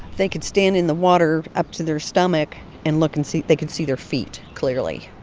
they could stand in the water up to their stomach and look and see they could see their feet clearly.